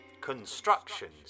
Constructions